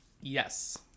Yes